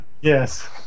Yes